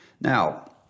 now